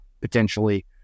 potentially